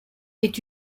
est